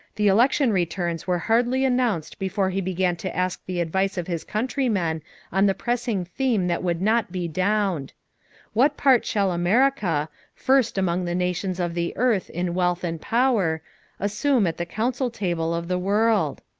the election returns were hardly announced before he began to ask the advice of his countrymen on the pressing theme that would not be downed what part shall america first among the nations of the earth in wealth and power assume at the council table of the world?